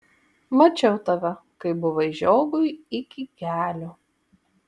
mačiau tave kai buvai žiogui iki kelių